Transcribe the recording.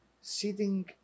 sitting